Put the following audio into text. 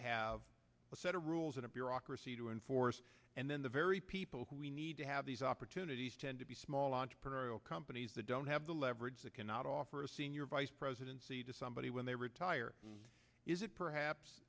have a set of rules and a bureaucracy to enforce and then the very people who we need to have these opportunities tend to be small entrepreneurial companies that don't have the leverage that cannot offer a senior vice presidency to somebody when they retire is it perhaps